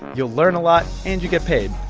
you'll learn a lot, and you get paid.